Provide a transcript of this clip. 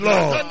Lord